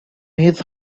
his